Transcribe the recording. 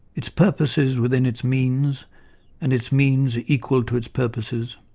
its purposes within its means and its means equal to its purposes,